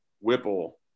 Whipple